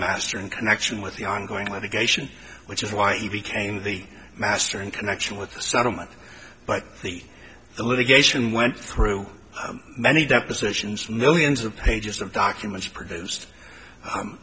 master in connection with the ongoing litigation which is why he became the master in connection with the settlement but the litigation went through many depositions millions of pages of documents produce